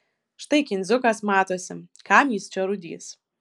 štai kindziukas matosi kam jis čia rūdys